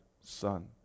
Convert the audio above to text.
son